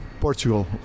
Portugal